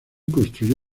construyó